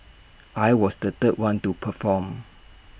I was the third one to perform